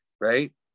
right